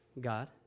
God